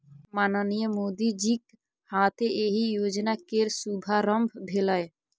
माननीय मोदीजीक हाथे एहि योजना केर शुभारंभ भेलै